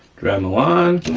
dremel on,